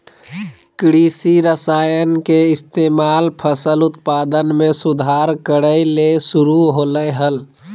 कृषि रसायन के इस्तेमाल फसल उत्पादन में सुधार करय ले शुरु होलय हल